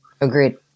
Agreed